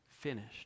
finished